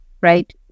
right